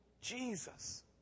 Jesus